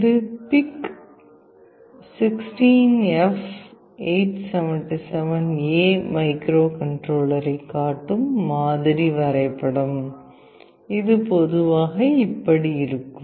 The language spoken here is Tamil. இது PIC 16F877A மைக்ரோகண்ட்ரோலரைக் காட்டும் மாதிரி வரைபடம் இது பொதுவாக இப்படி இருக்கும்